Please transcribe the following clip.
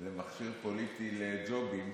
למכשיר פוליטי לג'ובים,